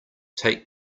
take